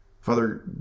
Father